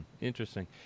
Interesting